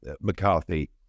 McCarthy